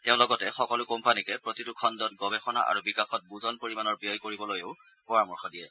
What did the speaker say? তেওঁ লগতে সকলো কোম্পানীকে প্ৰতিটো খণ্ডত গৱেষণা আৰু বিকাশত বুজন পৰিমাণৰ ব্যয় কৰিবলৈও পৰামৰ্শ দিয়ে